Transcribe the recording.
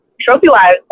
trophy-wise